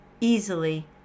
easily